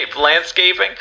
Landscaping